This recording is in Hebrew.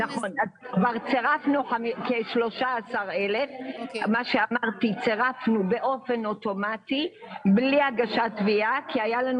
כבר צרפנו כ-13,000 באופן אוטומטי בלי הגשת תביעה כי היו לנו